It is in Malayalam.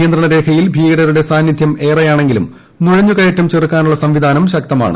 നിയന്ത്രണരേഖയിൽ ഭീകരരുടെ സാന്നിദ്ധ്യം ഏറെയാണെങ്കിലും നുഴഞ്ഞുകയറ്റം ചെറുക്കാനുള്ള സംവിധാനം ശക്തമാണ്